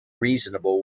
reasonable